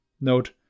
Note